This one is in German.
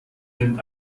nimmt